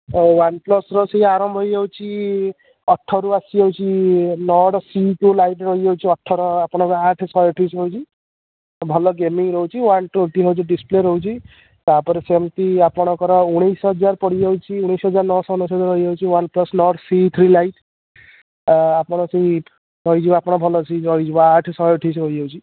ହଉ ୱାନପ୍ଲସର ସେହି ଆରମ୍ଭ ହେଇଯାଉଛି ଅଠରରୁ ଆସିଯାଉଛି ନର୍ଡ଼ ସି ଟୁ ଲାଇଟ୍ ରହିଯାଉଛି ଅଠର ଆପଣଙ୍କର ଆଠ ଶହେ ଅଠେଇଶ ରହୁଛି ତ ଭଲ ଗେମିଙ୍ଗ୍ ରହୁଛି ୱାନ୍ ଟୋଣ୍ଟି ରହୁଛି ଡିସ୍ପ୍ଲେ ରହୁଛି ତା'ପରେ ସେମିତି ଆପଣଙ୍କର ଉଣେଇଶ ହଜାର ପଡ଼ିଯାଉଛି ଉଣେଇଶ ହଜାର ନଅଶହ ଅନ୍ଵେଶତ ରହିଯାଉଛି OnePlus Nord C three lite ଆପଣ ସେଟ୍ ରହିଯିବ ଆପଣ ଭଲସେ ରହିଯିବ ଆଠ ଶହେ ଅଠେଇଶ ରହିଯାଉଛି